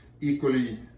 equally